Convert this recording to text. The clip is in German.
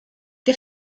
der